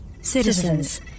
Citizens